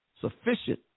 Sufficient